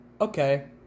okay